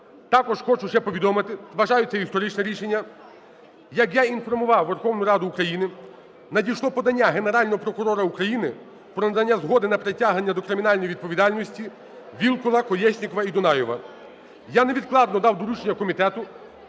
Також хочу ще повідомити, вважаю, це історичне рішення, як я інформував Верховну Раду України, надійшло подання Генерального прокурора України про надання згоди до притягнення до кримінальної відповідальності Вілкула, Колєснікова і Дунаєва. Я невідкладно дав доручення Комітету